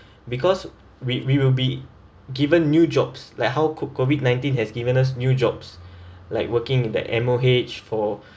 because we we will be given new jobs like how could CO~ COVID-nineteen has given us new jobs like working in the M_O_H for